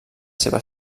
seva